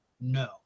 no